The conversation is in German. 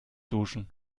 duschen